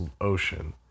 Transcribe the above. ocean